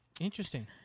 Interesting